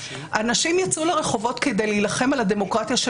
אנשים יצאו לרחובות כדי להילחם על הדמוקרטיה של